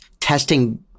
testing